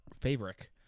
favorite